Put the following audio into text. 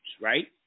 right